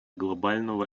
глобального